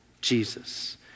Jesus